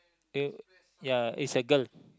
the ya is a girl